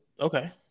Okay